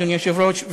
אדוני היושב-ראש,